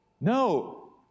No